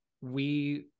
we-